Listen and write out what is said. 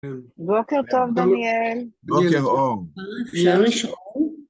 בוקר טוב, דניאל. בוקר אור.